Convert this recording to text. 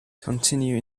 continue